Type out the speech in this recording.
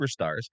superstars